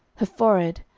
her forehead,